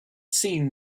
seen